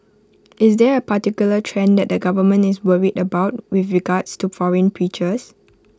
is there A particular trend that the government is worried about with regards to foreign preachers